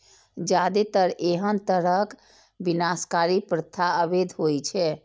जादेतर एहन तरहक विनाशकारी प्रथा अवैध होइ छै